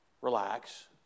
Relax